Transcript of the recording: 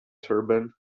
turbine